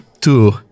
Two